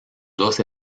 dos